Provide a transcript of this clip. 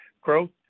growth